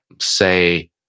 Say